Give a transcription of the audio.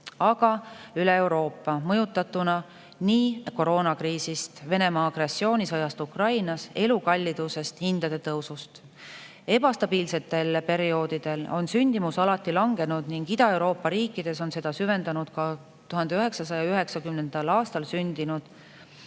on üle Euroopa, mõjutatuna koroonakriisist, Venemaa agressioonisõjast Ukrainas, elukallidusest, hindade tõusust. Ebastabiilsetel perioodidel on sündimus alati langenud ning Ida-Euroopa riikides on seda süvendanud ka 1990. aastal sündinud